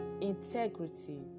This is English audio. integrity